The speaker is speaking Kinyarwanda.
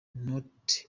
not